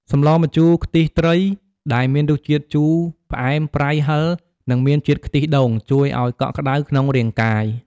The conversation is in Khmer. សម្លម្ជូរខ្ទិះត្រី ដែលមានរសជាតិជូរផ្អែម ប្រៃហឹរ និងមានជាតិខ្ទិះដូង ជួយឱ្យកក់ក្តៅក្នុងរាងកាយ។